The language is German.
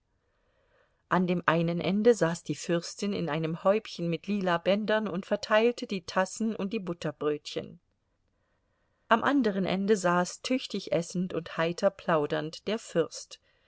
an dem einen ende saß die fürstin in einem häubchen mit lila bändern und verteilte die tassen und die butterbrötchen am anderen ende saß tüchtig essend und heiter plaudernd der fürst